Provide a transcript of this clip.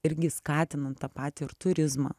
irgi skatinant tą patį ir turizmą